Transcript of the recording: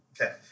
Okay